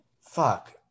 Fuck